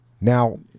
Now